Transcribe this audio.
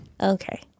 Okay